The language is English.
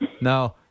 No